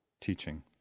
teaching